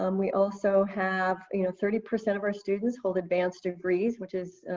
um we also have you know thirty percent of our students hold advanced degrees, which is,